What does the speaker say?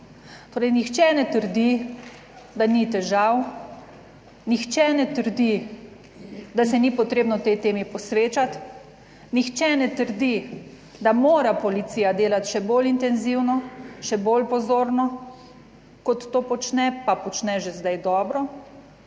Torej, nihče ne trdi, da ni težav, nihče ne trdi, da se ni potrebno tej temi posvečati, nihče ne trdi, da mora policija delati še bolj intenzivno, še bolj pozorno kot to počne pa počne že zdaj dobro.